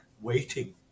waiting